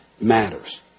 matters